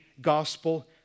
gospel